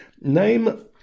name